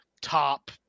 top